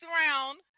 round